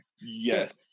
Yes